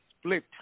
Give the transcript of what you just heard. split